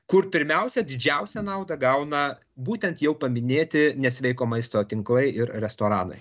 kur pirmiausia didžiausią naudą gauna būtent jau paminėti nesveiko maisto tinklai ir restoranai